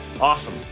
Awesome